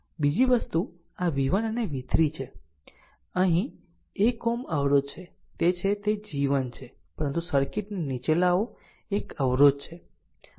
બીજી વસ્તુ આ v1 અને v3 છે અને અહીં 1 Ω અવરોધ છે તે છે તે g1 છે પરંતુ સર્કિટને નીચે લાવો એક અવરોધ છે